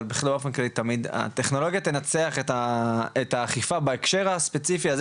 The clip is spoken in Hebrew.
אבל באופן כללי תמיד הטכנולוגיה תנצח את האכיפה בהקשר הספציפי הזה